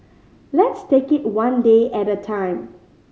let's take it one day at a time